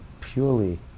purely